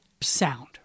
sound